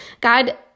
God